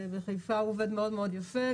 בחיפה הוא עובד מאוד מאוד יפה.